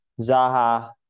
Zaha